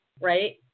right